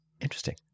Interesting